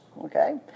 Okay